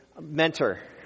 mentor